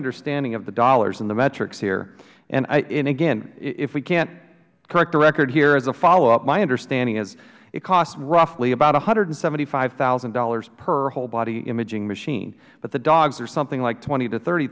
understanding of the dollars and the metrics here and again if we can correct the record here as a followup my understanding is it costs roughly about one hundred and seventy five thousand dollars per whole body imaging machine but the dogs are something like twenty to thirty